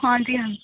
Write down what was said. ਹਾਂਜੀ ਹਾਂ